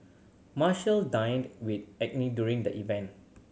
Marshall dined with during the event